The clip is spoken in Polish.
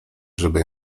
żeby